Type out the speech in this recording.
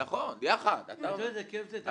יודע איזה כיף זה?